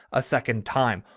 a second time.